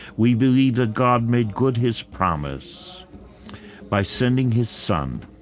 we believe that god made good his promise by sending his son,